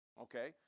Okay